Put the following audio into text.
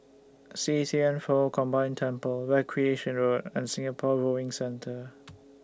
See Thian Foh Combined Temple Recreation Road and Singapore Rowing Center